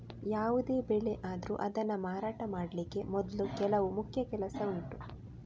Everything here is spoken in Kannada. ಯಾವುದೇ ಬೆಳೆ ಆದ್ರೂ ಅದನ್ನ ಮಾರಾಟ ಮಾಡ್ಲಿಕ್ಕೆ ಮೊದ್ಲು ಕೆಲವು ಮುಖ್ಯ ಕೆಲಸ ಉಂಟು